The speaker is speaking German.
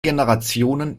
generationen